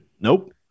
Nope